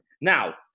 Now